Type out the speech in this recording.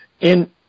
in-